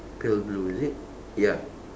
pale blue is it ya